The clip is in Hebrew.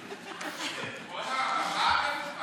בטח.